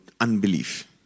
unbelief